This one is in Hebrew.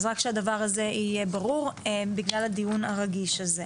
אז רק שהדבר הזה יהיה ברור בגלל הדיון הרגיש הזה.